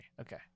Okay